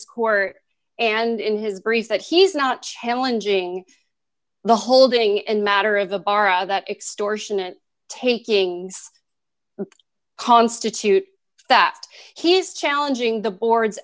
court and in his brief that he's not challenging the holding and matter of the bar of that extortionate taking constitute that he is challenging the board